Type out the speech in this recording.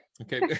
Okay